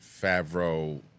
Favreau